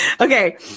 okay